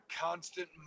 constant